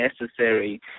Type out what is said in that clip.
necessary